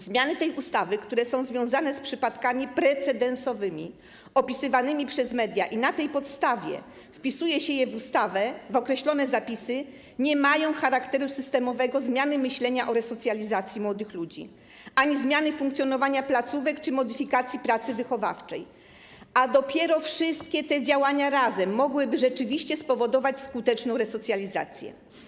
Zmiany tej ustawy, które są związane z przypadkami precedensowymi opisywanymi przez media i które na tej podstawie wpisuje się w ustawę, w określone zapisy, nie mają charakteru systemowej zmiany myślenia o resocjalizacji młodych ludzi ani zmiany funkcjonowania placówek czy modyfikacji pracy wychowawczej, a dopiero wszystkie te działania razem mogłyby rzeczywiście spowodować skuteczną resocjalizację.